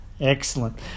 Excellent